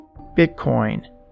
Bitcoin